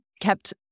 kept